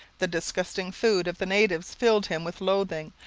the disgusting food of the natives filled him with loathing,